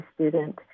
student